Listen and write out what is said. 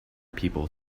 people